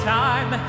time